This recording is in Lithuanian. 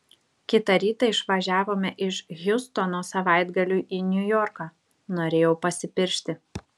kitą rytą išvažiavome iš hjustono savaitgaliui į niujorką norėjau pasipiršti